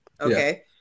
Okay